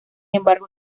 embargo